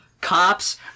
cops